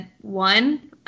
one